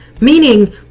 Meaning